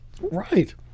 Right